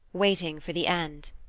waiting for the end.